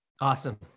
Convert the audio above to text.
Awesome